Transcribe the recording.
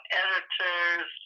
editors